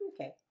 Okay